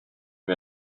wir